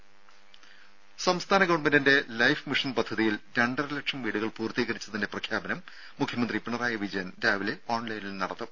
ദേദ സംസ്ഥാന ഗവൺമെന്റിന്റെ ലൈഫ് മിഷൻ പദ്ധതിയിൽ രണ്ടര ലക്ഷം വീടുകൾ പൂർത്തീകരിച്ചതിന്റെ പ്രഖ്യാപനം മുഖ്യമന്ത്രി പിണറായി വിജയൻ രാവിലെ ഓൺലൈനിൽ നടത്തും